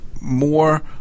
more